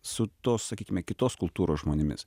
su tuos sakykime kitos kultūros žmonėmis